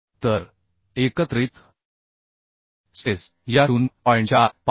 तर एकत्रित स्ट्रेस या 0